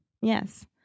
Yes